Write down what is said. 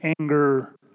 anger